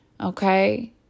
Okay